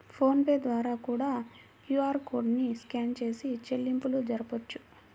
phone pay ద్వారా కూడా QR code ని స్కాన్ చేసి చెల్లింపులు జరపొచ్చు